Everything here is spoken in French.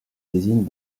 désignent